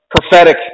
prophetic